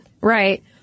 Right